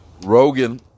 Rogan